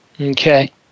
Okay